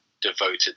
devoted